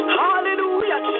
hallelujah